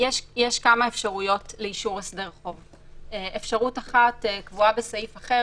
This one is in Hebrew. יש כמה אפשרויות לאישור הסדר חוב: אפשרות אחת קבועה בסעיף אחר,